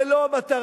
זה לא המטרה.